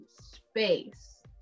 space